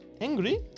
angry